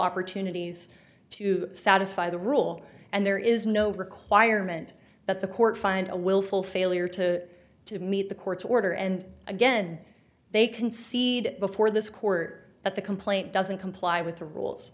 opportunities to satisfy the rule and there is no requirement that the court find a willful failure to to meet the court's order and again they concede before this court that the complaint doesn't comply with the rules